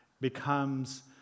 becomes